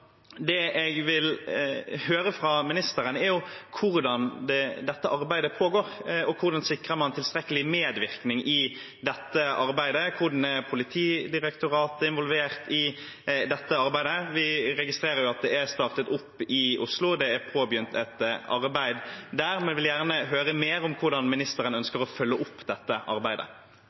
Det jeg vil høre fra ministeren, er hvordan dette arbeidet pågår, hvordan man sikrer tilstrekkelig medvirkning i dette arbeidet, hvordan Politidirektoratet er involvert i dette arbeidet. Vi registrerer at det er startet opp i Oslo, det er påbegynt et arbeid der, men jeg vil gjerne høre mer om hvordan ministeren ønsker å følge opp dette arbeidet.